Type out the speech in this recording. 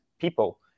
people